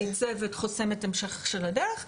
חוסמת את המשך הדרך,